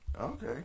okay